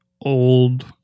old